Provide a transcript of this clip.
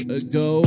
ago